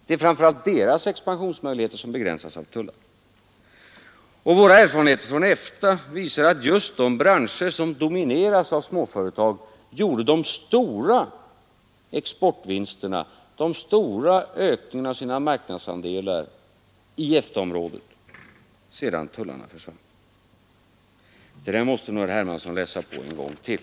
Det är framför allt deras expansion som begränsas av tullarna, Våra erfarenheter från EFTA visar att det var just de branscher som domineras av småföretag som gjorde de stora ökningarna av sina marknadsandelar i EFTA-området sedan tullarna försvunnit. Det här måste nog herr Hermansson läsa på en gång till.